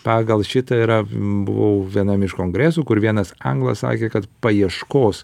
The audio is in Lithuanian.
pagal šitą yra buvau vienam iš kongresų kur vienas anglas sakė kad paieškos